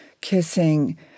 kissing